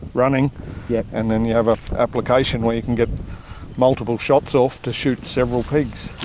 running yeah and then you have an application where you can get multiple shots off to shoot several pigs.